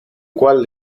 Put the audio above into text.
cual